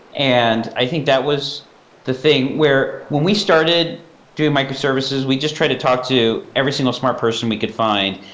and i think that was the thing where when we started doing microservices, we just try to talk to every single smart person we could find.